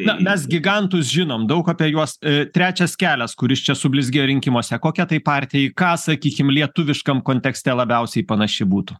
na mes gigantus žinom daug apie juos trečias kelias kuris čia sublizgėjo rinkimuose kokia tai partija į ką sakykim lietuviškam kontekste labiausiai panaši būtų